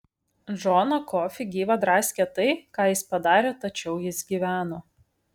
džoną kofį gyvą draskė tai ką jis padarė tačiau jis gyveno